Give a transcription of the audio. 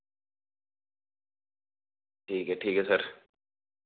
ठीक ऐ ठीक ऐ सर